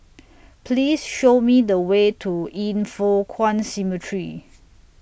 Please Show Me The Way to Yin Foh Kuan Cemetery